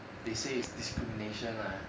they say is discrimination leh